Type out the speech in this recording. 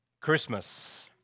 Christmas